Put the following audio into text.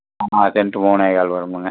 ஆமாம் செண்ட்டு மூணேகால் வருங்க